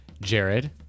Jared